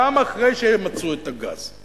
גם אחרי שהם מצאו את הגז,